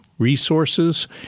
Resources